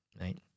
right